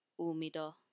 umido